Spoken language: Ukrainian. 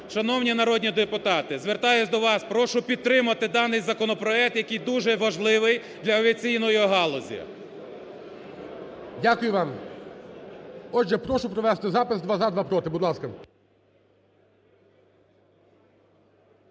Шановні народні депутати! Звертаюсь до вас, прошу підтримати даний законопроект, який дуже важливий для авіаційної галузі. ГОЛОВУЮЧИЙ. Дякую вам. Отже, прошу провести запис: два – "за", два – "проти", будь ласка.